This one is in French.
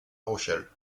rochelle